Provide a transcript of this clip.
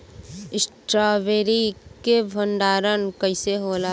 Strawberry के भंडारन कइसे होला?